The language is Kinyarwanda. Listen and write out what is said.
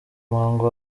muhango